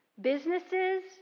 businesses